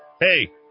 Hey